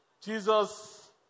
Jesus